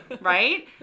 right